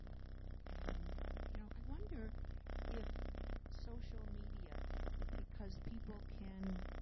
and you know i wonder if social media because people can